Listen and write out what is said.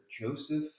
Joseph